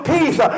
Peace